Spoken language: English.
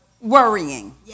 worrying